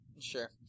Sure